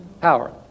Power